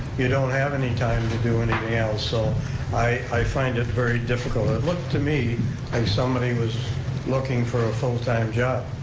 you don't have any time to do anything else, so i find it very difficult. it looked to me like somebody was looking for a full time job,